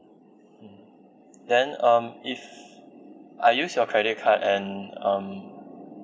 mm then um if I use your credit card and um